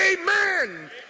Amen